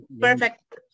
perfect